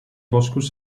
boscos